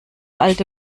alte